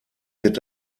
wird